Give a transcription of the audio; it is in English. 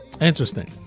Interesting